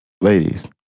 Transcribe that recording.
Ladies